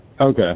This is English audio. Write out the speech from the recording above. Okay